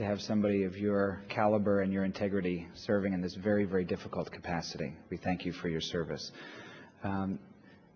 to have somebody of your caliber and your integrity serving in this very very difficult capacity we thank you for your service